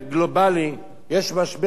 יש משבר כלכלי בעולם,